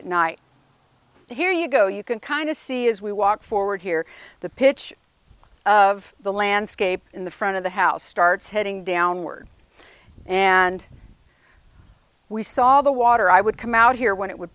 at night here you go you can kind of see as we walk forward here the pitch of the landscape in the front of the house starts heading downward and we saw the water i would come out here when it w